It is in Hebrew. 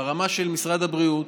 ברמה של משרד הבריאות,